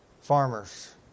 farmers